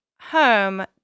home